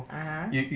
(uh huh)